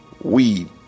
weed